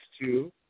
two